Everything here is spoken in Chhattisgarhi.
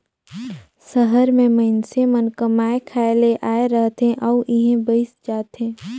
सहर में मइनसे मन कमाए खाए ले आए रहथें अउ इहें बइस जाथें